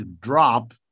drop